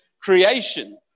creation